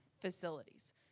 facilities